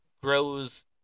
grows